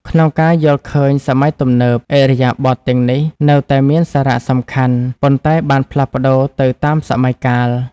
ក្នុងការយល់ឃើញសម័យទំនើប ឥរិយាបថទាំងនេះនៅតែមានសារៈសំខាន់ ប៉ុន្តែបានផ្លាស់ប្តូរទៅតាមសម័យកាល។